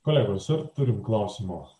kolegos turim klausimų